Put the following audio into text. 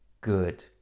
good